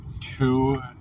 two